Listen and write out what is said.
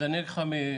אני אגיד לך,